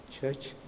church